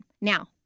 Now